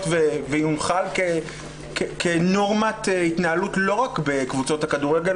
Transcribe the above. ויונח כנורמת התנהלות לא רק בקבוצות כדורגל,